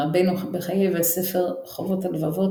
רבינו בחיי והספר חובת הלבבות,